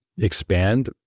expand